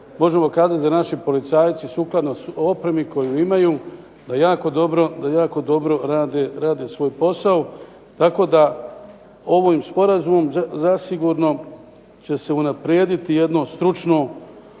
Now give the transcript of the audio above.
možemo kazati da naši policajci sukladno opremi koju imaju da jako dobro rade svoj posao. Tako da ovim sporazumom zasigurno će se unaprijediti jedno stručno,